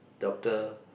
doctor